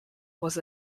was